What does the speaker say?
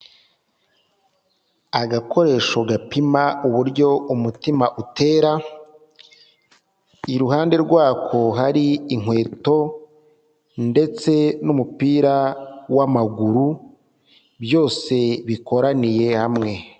Agakoresho gapima uburyo umutima utera, iruhande rwako hari inkweto ndetse n'umupira w'amaguru, byose bikoraniye hamwe.